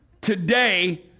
today